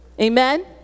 amen